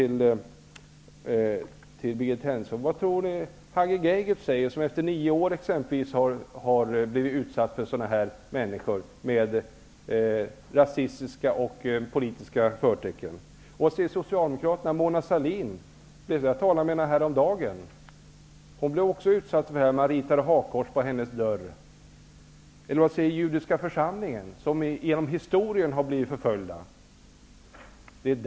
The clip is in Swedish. Han har i nio år blivit utsatt för brott med rasistiska och politiska förtecken. Vad säger man i Socialdemokraterna? Jag talade med Mona Sahlin häromdagen. Hon blev också utsatt för detta. Man ritade hakkors på hennes dörr. Vad säger Judiska församlingen som har blivit förföljd genom historien?